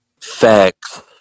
Facts